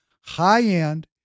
High-end